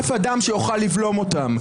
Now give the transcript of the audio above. אף אדם שיוכל לבלום אותם.